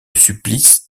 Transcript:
supplice